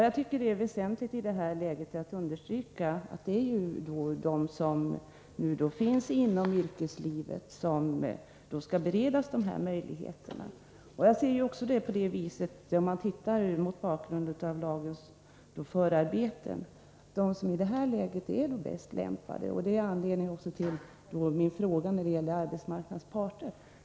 Jag tycker det är väsentligt att i detta läge understryka att det är de som finns inom yrkeslivet som skall beredas dessa möjligheter. Detta är också anledningen till att min fråga enbart gällde arbetsmarknadens parter.